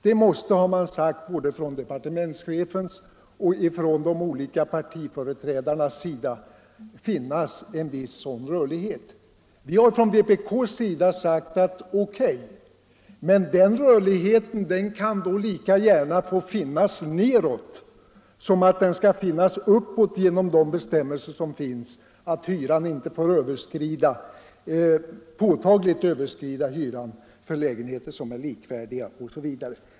Det måste, har både departementschefen och de olika partiföreträdarna sagt, finnas en viss sådan rörlighet. Vi har från vänsterpartiet kommunisternas sida sagt: OK, men rörligheten kan lika gärna få finnas nedåt som att den skall finnas uppåt genom de bestämmelser som finns om att hyran inte påtagligt får överskrida hyran för lägenheter som är likvärdiga.